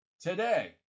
today